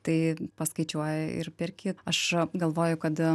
tai paskaičiuoja ir perki aš galvoju kad